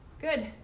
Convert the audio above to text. Good